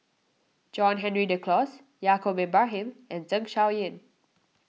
John Henry Duclos Yaacob Ibrahim and Zeng Shouyin